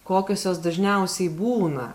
kokios jos dažniausiai būna